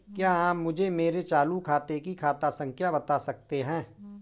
क्या आप मुझे मेरे चालू खाते की खाता संख्या बता सकते हैं?